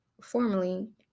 formerly